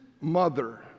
mother